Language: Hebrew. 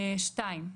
"2.